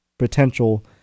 potential